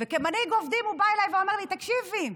וכמנהיג עובדים הוא בא אליי ואמר לי: תקשיבי,